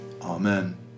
Amen